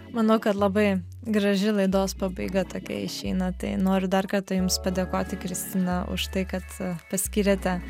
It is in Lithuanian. manau kad labai graži laidos pabaiga tokia išeina tai noriu dar kartą jums padėkoti kristina už tai kad paskyrėte